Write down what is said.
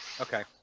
Okay